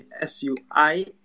S-U-I